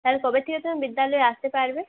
তাহলে কবে থেকে তুমি বিদ্যালয়ে আসতে পারবে